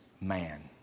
man